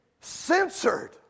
censored